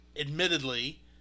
admittedly